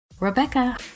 Rebecca